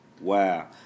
Wow